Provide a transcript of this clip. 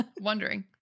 wondering